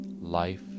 life